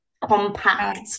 compact